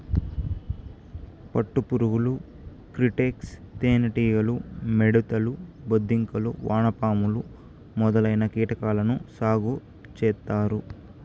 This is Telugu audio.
పట్టు పురుగులు, క్రికేట్స్, తేనె టీగలు, మిడుతలు, బొద్దింకలు, వానపాములు మొదలైన కీటకాలను సాగు చేత్తారు